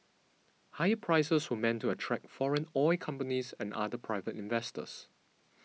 higher prices were meant to attract foreign oil companies and other private investors